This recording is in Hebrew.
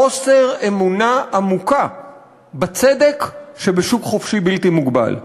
חוסר אמונה עמוקה בצדק של שוק חופשי בלתי מוגבל.